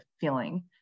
feeling